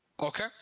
Okay